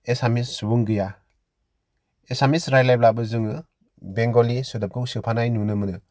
एसामिस सुबुं गैया एसामिस रायज्लायब्लाबो जोङो बेंगलि सोदोबखौ सोनाय नुनो मोनो